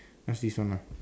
ask this one lah